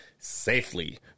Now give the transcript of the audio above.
safely